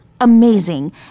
amazing